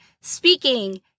speaking